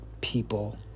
people